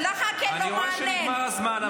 אותך להעביר שלוש דקות.